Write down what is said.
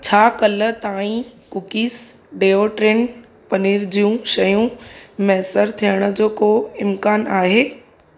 छा कल्ह ताईं कूकीज़ डेओड्रेंट पनीर जूं शयूं मेसरु थियण जो को इम्कानु आहे